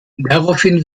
daraufhin